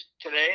today